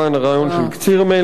הרעיון של קציר מלח.